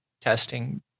testing